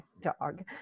dog